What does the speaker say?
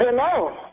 Hello